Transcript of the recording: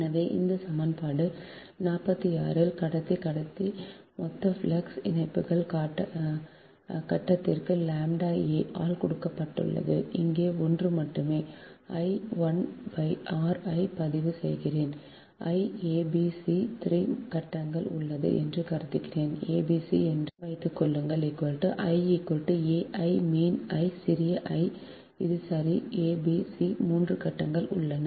எனவே இந்த சமன்பாடு 46 கடத்தி கட்டத்தின் மொத்த ஃப்ளக்ஸ் இணைப்புகள் கட்டத்திற்கு ʎ a ஆல் கொடுக்கப்பட்டுள்ளது இங்கே I மட்டுமே I 1 r I பதிவு செய்கிறேன் I a b c 3 கட்டங்கள் உள்ளன என்று கருதுகிறேன் a b c என்று வைத்துக்கொள்ளுங்கள் I a I மீன் I சிறிய i இது சரி a b c 3 கட்டங்கள் உள்ளன